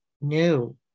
No